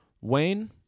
Wayne